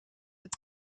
het